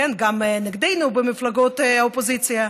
גם נגדנו במפלגות האופוזיציה,